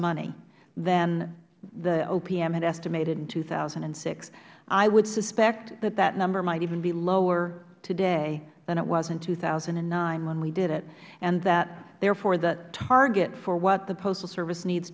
money than the opm had estimated in two thousand and six i would suspect that that number might even be lower today than it was in two thousand and nine when we did it and that therefore the target for what the postal service needs